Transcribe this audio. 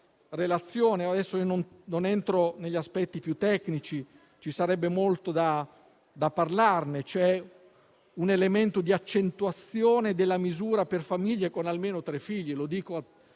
sua relazione. Non entro negli aspetti più tecnici perché ci sarebbe molto da parlarne. C'è un elemento di accentuazione della misura per famiglie con almeno tre figli. Presidente,